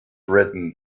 written